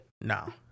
no